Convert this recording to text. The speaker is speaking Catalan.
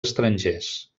estrangers